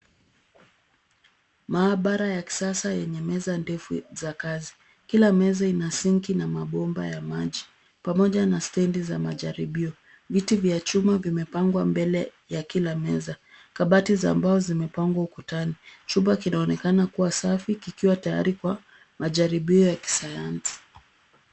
Maabara ya kisasa yenye meza ndefu za kazi. Kila meza ina sinki na mabomba ya maji pamoja na stendi za majaribio. Viti vya chuma vimepangwa mbele ya kila meza. Kabati za mbao zimepangwa ukutani. Chumba kinaonekana kuwa safi kikiwa tayari kwa majaribio ya kisayansi.